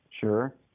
Sure